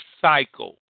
cycle